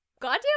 goddamn